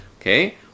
Okay